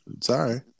Sorry